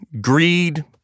greed